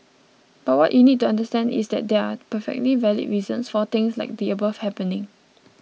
but what you need to understand is that there are perfectly valid reasons for things like the above happening